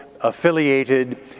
affiliated